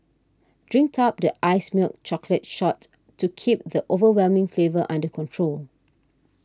drink up the iced milk chocolate shot to keep the overwhelming flavour under control